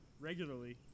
regularly